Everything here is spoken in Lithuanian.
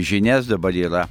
žinias dabar yra